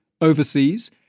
overseas